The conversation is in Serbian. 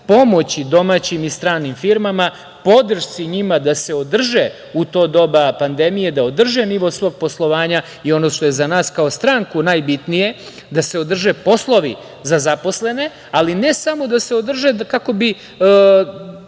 pomoći domaćim i stranim firmama, podršci njima da se održe u to doba pandemije, da održe nivo svog poslovanja i ono što je za nas kao stranku najbitnije, da se održe poslovi za zaposlene, ali ne samo da se održe kako bi